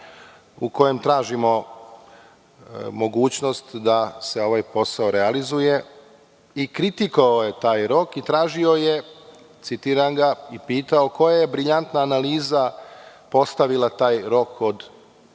u kojem tražimo mogućnost da se ovaj posao realizuje i kritikovao je taj rok i tražio je, citiram ga – koja je briljantna analiza postavila taj rok od